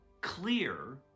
clear